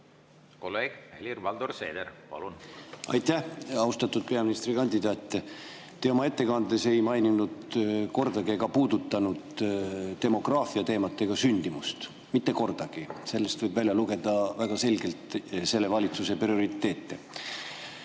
Kolleeg Helir-Valdor Seeder, palun! Aitäh! Austatud peaministrikandidaat! Te oma ettekandes ei maininud kordagi ega puudutanud demograafiateemat ega sündimust. Mitte kordagi. Sellest võib väga selgelt välja lugeda selle valitsuse prioriteete.